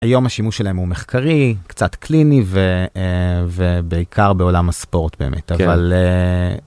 היום השימוש שלהם הוא מחקרי, קצת קליני, ובעיקר בעולם הספורט באמת, כן... אבל...